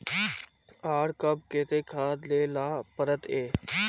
आर कब केते खाद दे ला पड़तऐ?